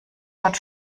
dort